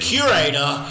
Curator